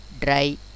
dry